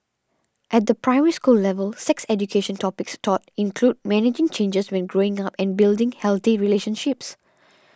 at the Primary School level sex education topics taught include managing changes when growing up and building healthy relationships